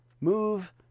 move